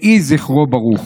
יהי זכרו ברוך.